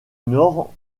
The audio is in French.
nord